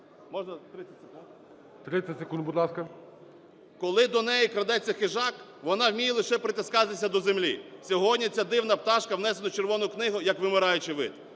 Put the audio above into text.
Коли до неї крадеться хижак, вона вміє лише притискатися до землі. Сьогодні ця дивна пташка внесена у "Червону книгу" як вимираючий вид.